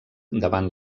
davant